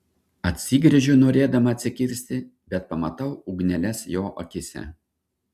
atsigręžiu norėdama atsikirsti bet pamatau ugneles jo akyse